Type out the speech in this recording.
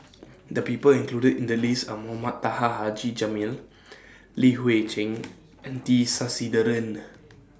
The People included in The list Are Mohamed Taha Haji Jamil Li Hui Cheng and T Sasitharan